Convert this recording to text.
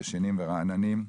דשנים ורעננים.